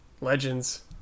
Legends